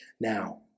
now